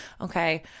Okay